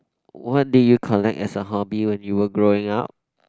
what did you collect as a hobby when you were growing up